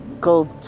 go